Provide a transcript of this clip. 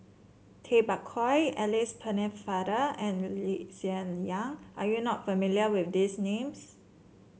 Tay Bak Koi Alice Pennefather and Lee Hsien Yang are you not familiar with these names